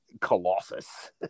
colossus